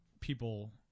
people –